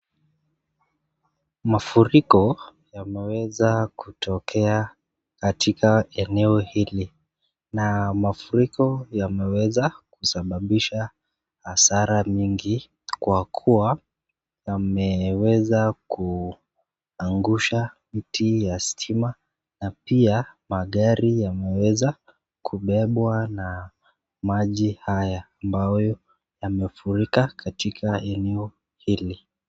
Mafuriko yameweza kutokea katika eneo hili, na mafuriko yameweza kusababisha hasara mingi kwa kuwa yameweza kuangusha miti ya stima na pia magari yameweza kubebwa na maji haya ambayo yamefurika katika eneo hili.